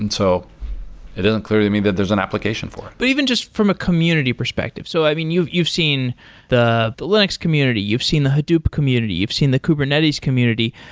and so it isn't clear to me that there's an application for it. but even just from a community perspective. so, i mean, you've you seen the linux community, you've seen the hadoop community, you've seen the kubernetes community.